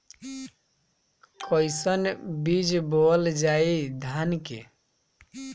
कईसन बीज बोअल जाई धान के?